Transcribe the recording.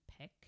pick